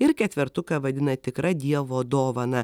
ir ketvertuką vadina tikra dievo dovana